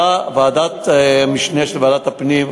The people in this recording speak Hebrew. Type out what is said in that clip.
ועדת משנה של ועדת הפנים,